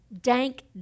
dank